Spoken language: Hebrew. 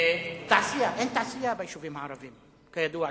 תעשייה, אין תעשייה ביישובים הערביים, כידוע לך.